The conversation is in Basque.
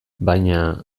baina